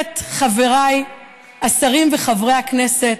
חבריי השרים וחברי הכנסת,